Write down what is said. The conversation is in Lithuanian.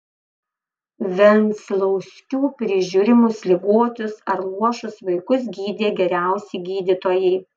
venclauskių prižiūrimus ligotus ar luošus vaikus gydė geriausi gydytojai